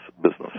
business